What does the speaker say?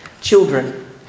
Children